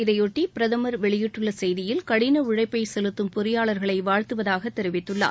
இதையொட்டி பிரதமர் வெளியிட்டுள்ள செய்தியில் கடின உழைப்பை செலுத்தும் பொறியாளர்களை வாழ்த்துவதாக தெரிவித்துள்ளார்